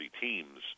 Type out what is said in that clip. teams